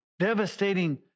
devastating